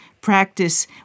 practice